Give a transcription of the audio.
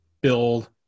build